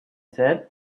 said